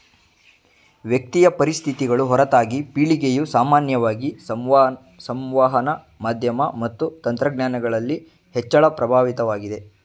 ವ್ಯಕ್ತಿಯ ಪರಿಸ್ಥಿತಿಗಳು ಹೊರತಾಗಿ ಪೀಳಿಗೆಯು ಸಾಮಾನ್ಯವಾಗಿ ಸಂವಹನ ಮಾಧ್ಯಮ ಮತ್ತು ತಂತ್ರಜ್ಞಾನಗಳಲ್ಲಿ ಹೆಚ್ಚಳ ಪ್ರಭಾವಿತವಾಗಿದೆ